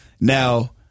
now